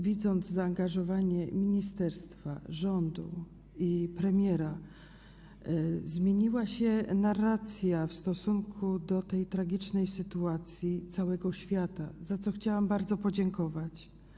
Widząc zaangażowanie ministerstwa, rządu i premiera, zmieniła się narracja w stosunku do tej tragicznej sytuacji całego świata, za co chciałam bardzo podziękować.